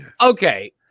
okay